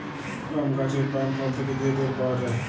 পাম গাহাচের পাম ফল থ্যাকে যে তেল পাউয়া যায়